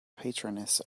patroness